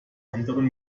anderen